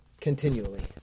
continually